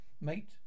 Mate